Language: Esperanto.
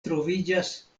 troviĝas